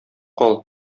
кал